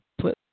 put